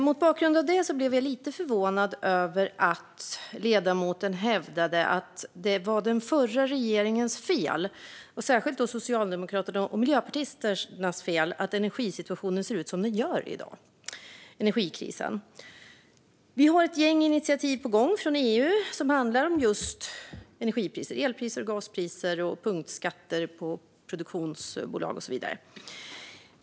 Mot bakgrund av det blev jag lite förvånad över att ledamoten hävdade att det är den förra regeringens och då särskilt Socialdemokraternas och Miljöpartiets fel att energisituationen ser ut som den gör i dag med energikrisen. Vi har ett gäng initiativ på gång från EU som handlar om energipriser - elpriser och gaspriser, punktskatter på produktionsbolag och så vidare.